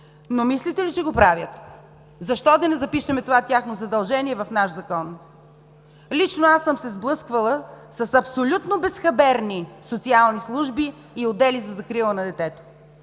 но мислите ли, че го правят? Защо да не запишем това тяхно задължение в наш закон? Лично аз съм се сблъсквала с абсолютно безхаберни социални служби и отдели за „Закрила на детето“,